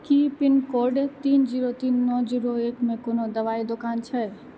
की pin code तीन zero तीन नओ जीरो एकमे कोनो दवाइ दोकान छै